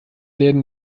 läden